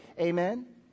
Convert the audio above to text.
Amen